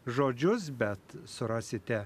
žodžius bet surasite